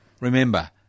remember